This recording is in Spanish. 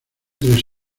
tres